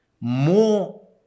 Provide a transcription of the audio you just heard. more